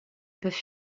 peuvent